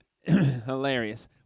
hilarious